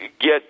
get